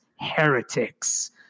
heretics